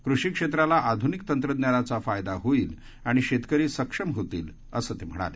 कृषी क्षेत्राला आधुनिक तंत्रज्ञानाचा फायदा होईल आणि शेतकरी सक्षम होतील असं ते म्हणाले